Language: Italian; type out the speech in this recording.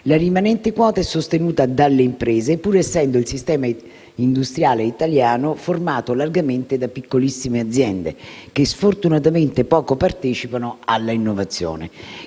la rimanente quota è sostenuta dalle imprese, pur essendo il sistema industriale italiano formato largamente da piccolissime aziende, che sfortunatamente poco partecipano all'innovazione.